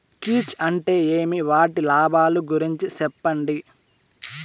కీచ్ అంటే ఏమి? వాటి లాభాలు గురించి సెప్పండి?